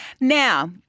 Now